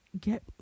get